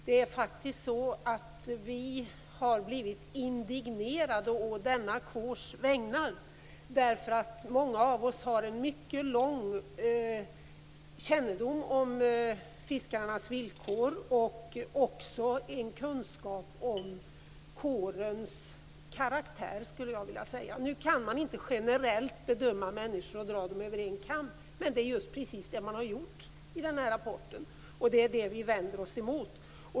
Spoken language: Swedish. Vi har faktiskt blivit indignerade å denna kårs vägnar, därför att många av oss har en mycket lång kännedom om fiskarnas villkor och också en kunskap om kårens karaktär, skulle jag vilja säga. Nu kan man inte bedöma människor generellt och dra dem över en kam. Men det är precis det man har gjort i den här rapporten. Och det är det vi vänder oss emot.